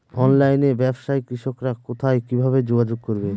অনলাইনে ব্যবসায় কৃষকরা কোথায় কিভাবে যোগাযোগ করবে?